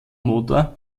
motor